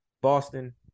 Boston